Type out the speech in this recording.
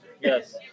Yes